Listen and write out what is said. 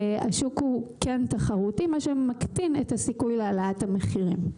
השוק תחרותי, מה שמקטין את הסיכוי להעלאת המחירים.